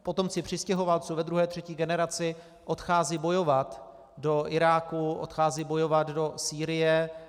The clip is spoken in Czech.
Potomci přistěhovalců ve druhé a třetí generací odcházejí bojovat do Iráku, odcházejí bojovat do Sýrie.